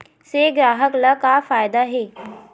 से ग्राहक ला का फ़ायदा हे?